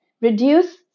reduce